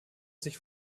sich